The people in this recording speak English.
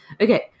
Okay